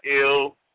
ill